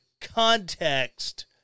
context